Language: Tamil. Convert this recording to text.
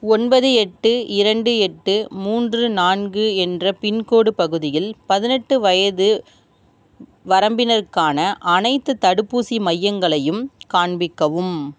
ஒன்பது எட்டு இரண்டு எட்டு மூன்று நான்கு என்ற பின்கோடு பகுதியில் பதினெட்டு வயது வரம்பினருக்கான அனைத்துத் தடுப்பூசி மையங்களையும் காண்பிக்கவும்